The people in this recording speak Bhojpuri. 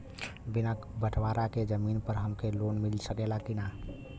बिना बटवारा के जमीन पर हमके लोन मिल सकेला की ना?